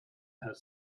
has